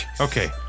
Okay